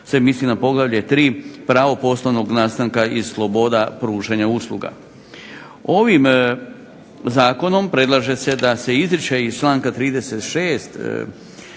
se misli na poglavlje 3. Pravo poslanog nastanka i sloboda pružanja usluga. Ovim zakonom predlaže se da se izričaj iz članka 36.